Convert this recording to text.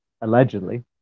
allegedly